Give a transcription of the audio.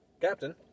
Captain